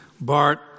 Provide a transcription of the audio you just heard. Bart